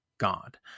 God